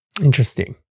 Interesting